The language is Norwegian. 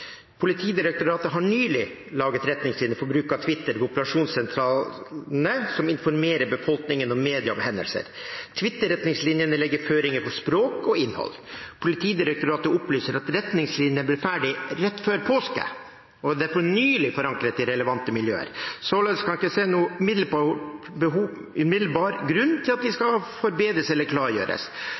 Politidirektoratet har nylig laget retningslinjer for bruk av Twitter ved operasjonssentralene, som informerer befolkningen og media om hendelser. Twitter-retningslinjene legger føringer for språk og innhold. Politidirektoratet opplyser at retningslinjene ble ferdig rett før påske, og de er derfor nylig forankret i relevante miljøer. Således kan jeg ikke se noen umiddelbar grunn til at de skal forbedres eller klargjøres.